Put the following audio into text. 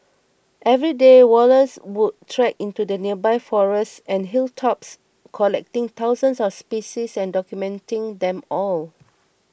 every day Wallace would trek into the nearby forests and hilltops collecting thousands of species and documenting them all